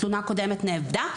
התלונה הקודמת אבדה,